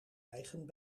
eigen